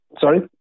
Sorry